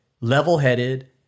level-headed